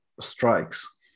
strikes